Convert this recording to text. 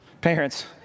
parents